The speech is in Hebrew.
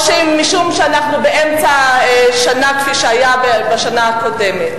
או משום שאנחנו באמצע שנה, כפי שהיה בשנה הקודמת.